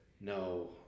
No